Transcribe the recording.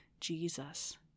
Jesus